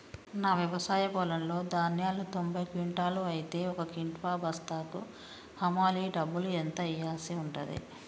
నా వ్యవసాయ పొలంలో ధాన్యాలు తొంభై క్వింటాలు అయితే ఒక క్వింటా బస్తాకు హమాలీ డబ్బులు ఎంత ఇయ్యాల్సి ఉంటది?